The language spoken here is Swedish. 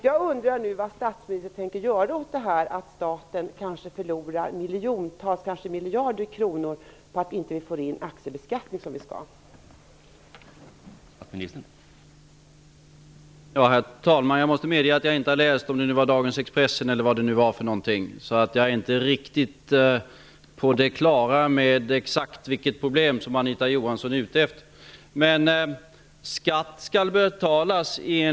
Jag undrar vad statsministern tänker göra åt detta att staten kanske förlorar miljoner eller miljarder kronor på att vi inte får in den skatt på aktier som vi skall ha.